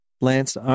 Lance